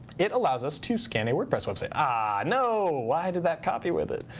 it allows us to scan a wordpress website. ah, no. why did that copy with it?